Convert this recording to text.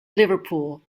liverpool